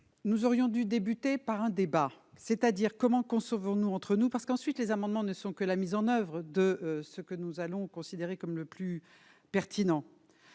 nous aurions dû débuter par un débat, c'est-à-dire comment concevons-nous entre nous parce qu'ensuite les amendements ne sont que la mise en oeuvre de ce que nous allons, considéré comme le plus pertinent,